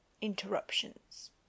Interruptions